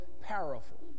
powerful